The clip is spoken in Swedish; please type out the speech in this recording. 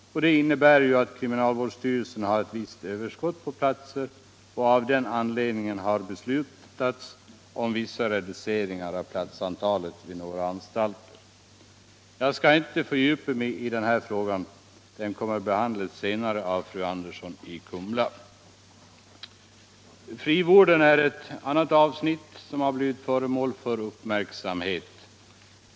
Detta innebär att kriminalvårdsstyrelsen har ett visst överskott Ipå platser och av den anledningen har beslutats om vissa reduceringar av platsantalet vid några anstalter. Jag skall inte fördjupa mig i denna fråga, den kommer att behandlas senare av fru Andersson i Kumla. Frivården är ett annat avsnitt som har blivit föremål för uppmärk Isamhet.